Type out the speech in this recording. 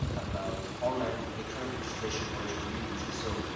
about online electronic registration for h one b visa, so,